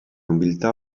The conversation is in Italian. nobiltà